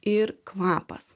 ir kvapas